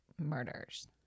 Murders